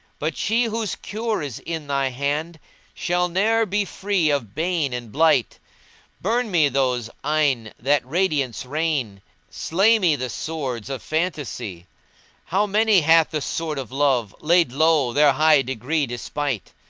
but she whose cure is in thy hand shall ne'er be free of bane and blight burn me those eyne that radiance rain slay me the swords of phantasy how many hath the sword of love laid low, their high degree despite?